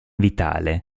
vitale